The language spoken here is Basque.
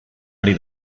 ari